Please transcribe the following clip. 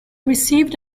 received